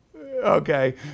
Okay